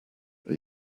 are